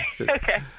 okay